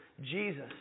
Jesus